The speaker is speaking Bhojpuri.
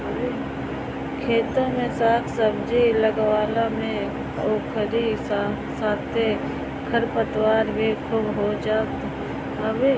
खेत में साग सब्जी लगवला पे ओकरी साथे खरपतवार भी खूब हो जात हवे